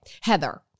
Heather